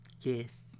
Yes